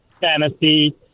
fantasy